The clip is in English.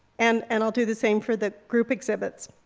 and and i'll do the same for the group exhibits.